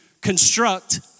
construct